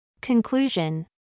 Conclusion